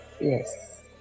yes